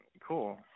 cool